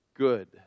good